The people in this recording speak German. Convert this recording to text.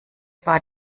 war